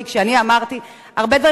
כי כשאני אמרתי הרבה דברים,